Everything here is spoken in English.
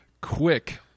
quick